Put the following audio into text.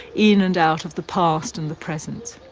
in and out of the past and the present.